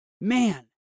man